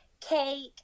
cake